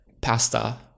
pasta